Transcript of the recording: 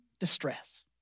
Distress